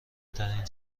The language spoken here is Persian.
ترین